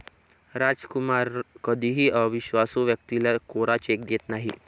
रामकुमार कधीही अविश्वासू व्यक्तीला कोरा चेक देत नाही